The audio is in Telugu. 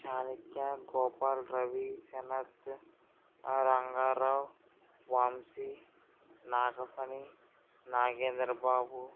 చాణక్య గోపాల్ రవి శనత్ రంగారావు వంశి నాగఫణి నాగేంద్రబాబు